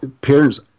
Parents